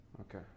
okay